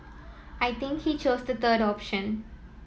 I think he chose the third option